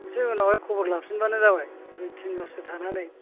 नोंसोर उनावहाय खबर लाफिनबानो जाबाय दुइ तिन माससो थानानै